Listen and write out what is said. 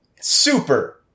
Super